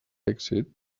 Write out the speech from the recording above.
èxit